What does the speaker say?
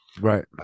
right